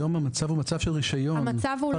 היום המצב הוא מצב של רישיון פרטני.